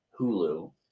Hulu